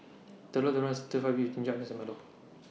Telur Dadah Stir Fry Beef with Ginger Onions and Milo